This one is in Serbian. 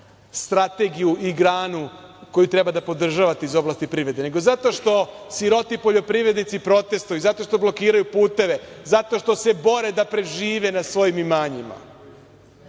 strategiju i granu koju treba da podržavate iz oblasti privrede, nego zato što siroti poljoprivrednici protestuju i zato što blokiraju puteve, zato što se bore da prežive na svojim imanjima.